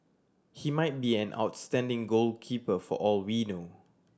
he might be an outstanding goalkeeper for all we know